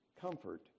comfort